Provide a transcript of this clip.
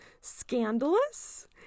scandalous